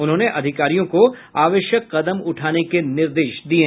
उन्होंने अधिकारियों को आवश्यक कदम उठाने के निर्देश दिये